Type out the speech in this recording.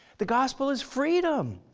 the gospel is freedom.